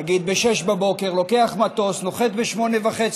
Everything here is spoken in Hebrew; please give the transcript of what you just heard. נגיד ב-06:00, לוקח מטוס, נוחת ב-08:30